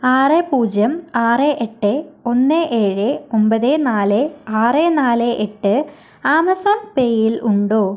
ആറ് പൂജ്യം ആറ് എട്ട് ഒന്ന് ഏഴ് ഒമ്പത് നാല് ആറ് നാല് എട്ട് ആമസോൺ പേയിൽ ഉണ്ടോ